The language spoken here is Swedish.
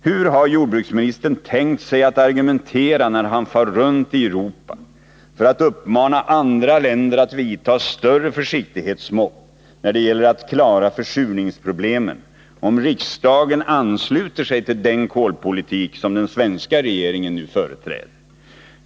Hur har jordbruksministern tänkt sig att argumentera när han far runt i Europa för att uppmana andra länder att vidta större försiktighetsmått när det gäller att klara försurningsproblemen, om riksdagen ansluter sig till den kolpolitik som den svenska regeringen nu företräder?